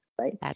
right